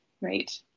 right